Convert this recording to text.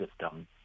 system